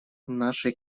нашей